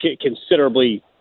considerably